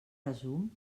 resum